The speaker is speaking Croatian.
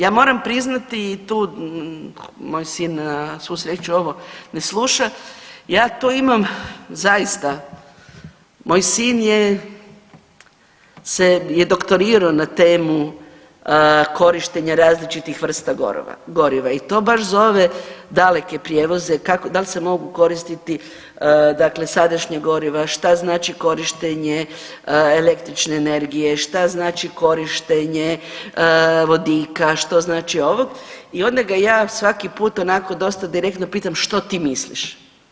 Ja moram priznati i tu, moj sin na svu sreću ovo ne sluša, ja tu imam zaista moj sin je se, je doktorirao na temu korištenja različitih vrsta goriva i to baš za ove daleke prijevoze, kako, da li se mogu koristiti dakle sadašnja goriva, šta znači korištenje električne energije, šta znači korištenje vodika, što znači ovo i onda ga svaki puta onako dosta direktno pitam, što ti misliš.